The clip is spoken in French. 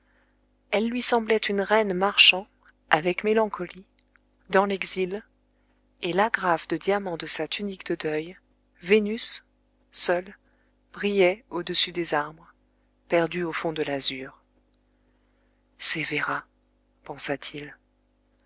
elle lui semblait une reine marchant avec mélancolie dans l'exil et l'agrafe de diamant de sa tunique de deuil vénus seule brillait au-dessus des arbres perdue au fond de l'azur c'est véra pensa-t-il